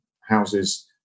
houses